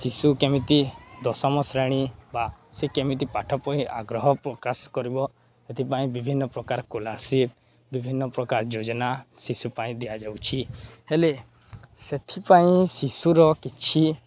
ଶିଶୁ କେମିତି ଦଶମ ଶ୍ରେଣୀ ବା ସେ କେମିତି ପାଠ ପଢ଼ି ଆଗ୍ରହ ପ୍ରକାଶ କରିବ ସେଥିପାଇଁ ବିଭିନ୍ନ ପ୍ରକାର ସ୍କଲାରସିପ୍ ବିଭିନ୍ନ ପ୍ରକାର ଯୋଜନା ଶିଶୁ ପାଇଁ ଦିଆଯାଉଛି ହେଲେ ସେଥିପାଇଁ ଶିଶୁର କିଛି